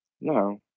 No